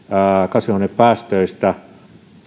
kasvihuonepäästöistä